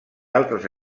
altres